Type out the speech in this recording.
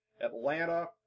Atlanta